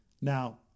Now